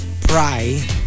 pry